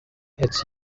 its